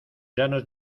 llanos